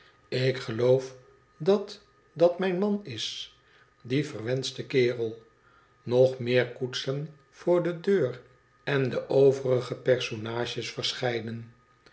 ik geloof dat dat mijn man is die verwenschte kerell nog meer koetsen voor de deur en de overige personages verschijnen